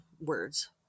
words